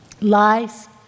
Lies